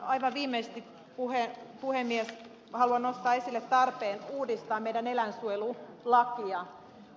aivan viimeiseksi puhemies haluan nostaa esille tarpeen uudistaa meidän eläinsuojelulakia